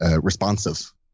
responsive